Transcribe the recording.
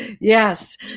Yes